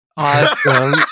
Awesome